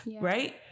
Right